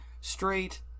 straight